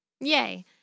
Yay